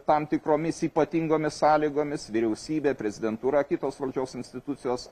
tam tikromis ypatingomis sąlygomis vyriausybė prezidentūra kitos valdžios institucijos